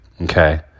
Okay